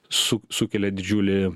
su sukelia didžiulį